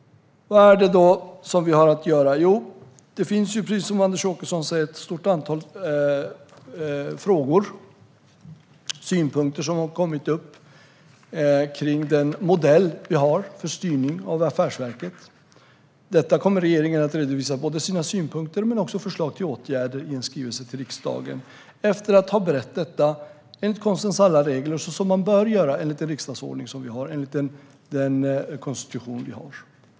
Vad har vi då att göra? Precis som Anders Åkesson säger finns det ett stort antal frågor och synpunkter som har kommit upp angående den modell vi har för styrning av affärsverket. Regeringen kommer att redovisa såväl sina synpunkter som sina förslag till åtgärder i en skrivelse till riksdagen efter att ha berett detta enligt konstens alla regler och så som man bör göra enligt den riksdagsordning och den konstitution vi har.